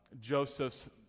Joseph's